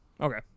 Okay